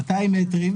200 מטרים,